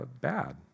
bad